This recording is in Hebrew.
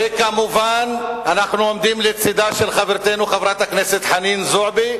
וכמובן לצד חברתנו, חברת הכנסת, אויבים,